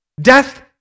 Death